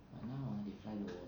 but now ah they fly lower